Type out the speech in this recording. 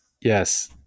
Yes